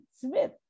Smith